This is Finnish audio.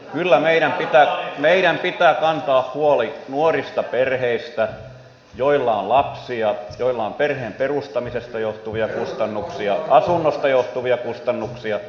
kyllä meidän pitää kantaa huoli nuorista perheistä joilla on lapsia joilla on perheen perustamisesta johtuvia kustannuksia asunnosta johtuvia kustannuksia